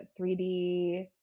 3d